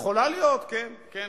יכולה להיות, כן.